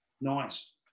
nice